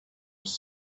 was